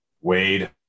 Wade